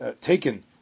taken